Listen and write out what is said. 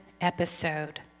episode